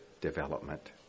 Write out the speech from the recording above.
development